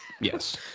yes